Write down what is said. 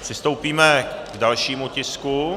Přistoupíme k dalšímu tisku.